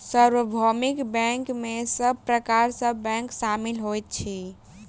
सार्वभौमिक बैंक में सब प्रकार के बैंक शामिल होइत अछि